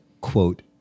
quote